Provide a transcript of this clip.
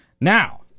Now